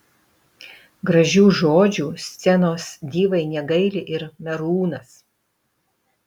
gražių žodžių scenos divai negaili ir merūnas